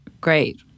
great